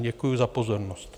Děkuji za pozornost.